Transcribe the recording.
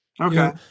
Okay